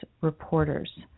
reporters